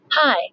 Hi